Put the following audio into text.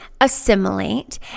assimilate